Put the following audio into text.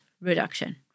reduction